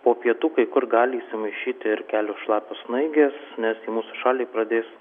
po pietų kai kur gali įsimaišyti ir kelios šlapios snaigės nes į mūsų šalį pradės